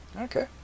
Okay